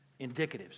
Indicatives